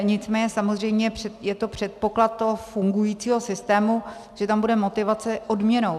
Nicméně samozřejmě je to předpoklad toho fungujícího systému, že tam bude motivace odměnou.